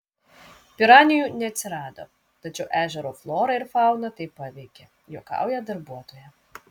piranijų neatsirado tačiau ežero florą ir fauną tai paveikė juokauja darbuotoja